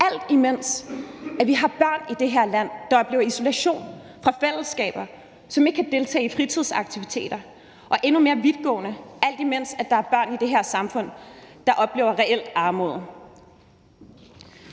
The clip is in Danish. alt imens vi har børn i det her land, som oplever isolation fra fællesskaber, som ikke kan deltage i fritidsaktiviteter, og som, hvad der er endnu mere vidtgående, oplever reel armod.